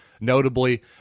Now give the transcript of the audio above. notably